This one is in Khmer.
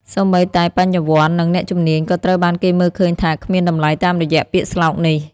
សូម្បីតែបញ្ញវន្ត និងអ្នកជំនាញ ក៏ត្រូវបានគេមើលឃើញថាគ្មានតម្លៃតាមរយៈពាក្យស្លោកនេះ។